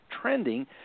trending